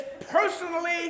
personally